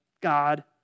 God